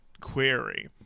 query